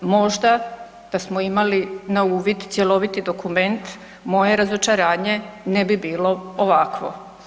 Možda da smo imali na uvid cjeloviti dokument, moje razočaranje ne bi bilo ovakvo.